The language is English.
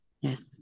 Yes